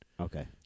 Okay